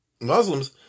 Muslims